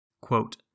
quote